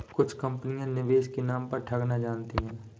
कुछ कंपनियां निवेश के नाम पर ठगना जानती हैं